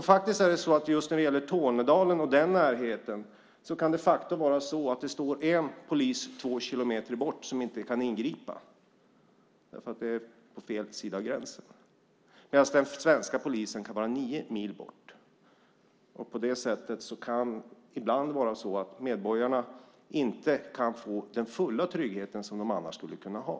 Just i fråga om Tornedalen kan det stå en polis två kilometer bort - på fel sida av gränsen - som inte kan ingripa medan den svenska polisen kan vara nio mil bort. Ibland kan det vara så att medborgarna inte kan få den fulla trygghet de annars skulle kunna ha.